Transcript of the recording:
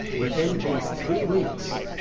within these three weeks.